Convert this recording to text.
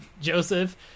Joseph